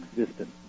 existence